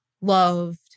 loved